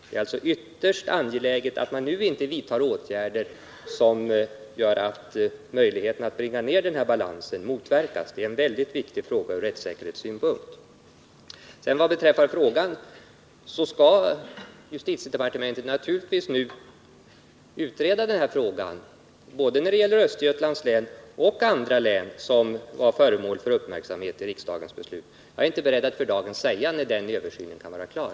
Det är alltså ytterst angeläget att man inte nu vidtar åtgärder som motverkar möjligheterna att bringa ned den här balansen. Det är en mycket viktig fråga ur rättssäkerhetssynpunkt. Vad sedan beträffar den fråga som ställdes kan jag anföra att justitiedepartementet nu skall utreda frågan om lokalisering både när det gäller Östergötlands län och andra län, som var föremål för uppmärksamhet i riksdagens beslut. Jag är inte beredd att för dagen säga när den översynen kan vara klar.